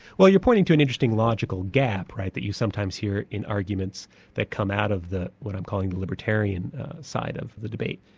well you're pointing to an interesting logical gap right, that you sometimes hear in arguments that come out of what i'm calling the libertarian side of the debate.